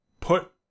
put